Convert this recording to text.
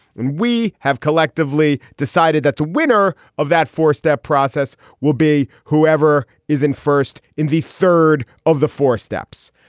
and we have collectively decided that the winner of that force, that process, will be whoever is in first in the third of the four steps.